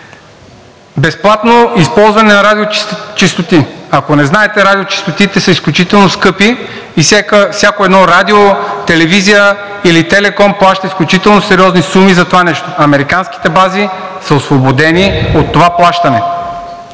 „Безплатно използване на радиочестоти.“ Ако не знаете, радиочестотите са изключително скъпи и всяко едно радио, телевизия или телеком плаща изключително сериозни суми за това нещо. Американските бази са освободени от това плащане.